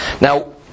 Now